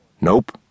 Nope